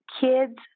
kids